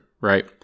right